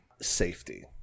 safety